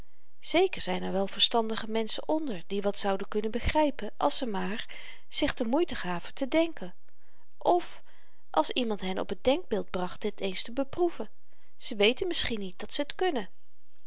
zeker zyn er wel verstandige menschen onder die wat zouden kunnen begrypen als ze maar zich de moeite gaven te denken of als iemand hen op het denkbeeld bracht dit eens te beproeven ze weten misschien niet dat ze t kunnen